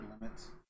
limits